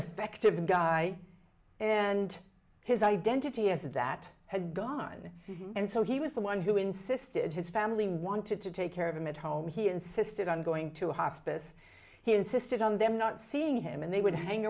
effective guy and his identity is that had gone and so he was the one who insisted his family wanted to take care of him at home he insisted on going to hospice he insisted on them not seeing him and they would hang